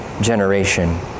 Generation